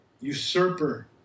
usurper